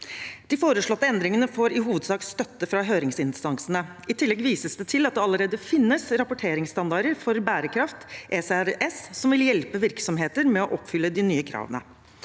De foreslåtte endringene får i hovedsak støtte fra høringsinstansene. I tillegg vises det til at det allerede finnes rapporteringsstandarder for bærekraft – ECRS – som vil hjelpe virksomheter med å oppfylle de nye kravene.